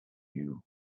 you